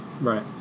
Right